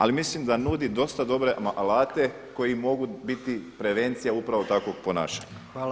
Ali mislim da nudi dosta dobre alate koji mogu biti prevencija upravo takvog ponašanja.